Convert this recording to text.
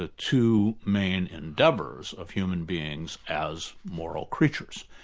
ah two main endeavours of human beings as moral creatures.